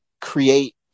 create